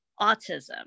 autism